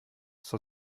zur